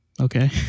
Okay